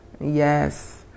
Yes